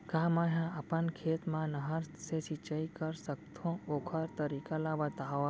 का मै ह अपन खेत मा नहर से सिंचाई कर सकथो, ओखर तरीका ला बतावव?